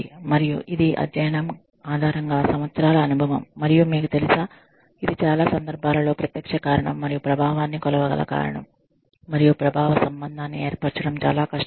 మరియు ఇది అధ్యయనం ఆధారంగా సంవత్సరాల అనుభవం మరియు మీకు తెలుసా ఇది చాలా సందర్భాలలో ప్రత్యక్ష కారణం మరియు ప్రభావాన్ని కొలవగల కారణం మరియు ప్రభావ సంబంధాన్ని ఏర్పరచడం చాలా కష్టమవుతుంది